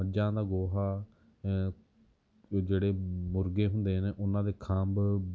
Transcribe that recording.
ਮੱਝਾਂ ਦਾ ਗੋਹਾ ਅਤੇ ਜਿਹੜੇ ਮੁਰਗੇ ਹੁੰਦੇ ਨੇ ਉਹਨਾਂ ਦੇ ਖੰਭ